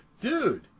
Dude